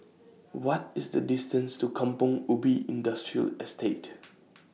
What IS The distance to Kampong Ubi Industrial Estate